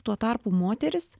tuo tarpu moterys